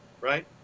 right